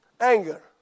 Anger